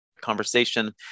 conversation